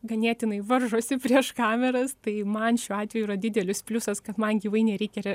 ganėtinai varžosi prieš kameras tai man šiuo atveju yra didelis pliusas kad man gyvai nereikia